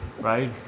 right